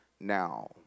now